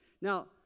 Now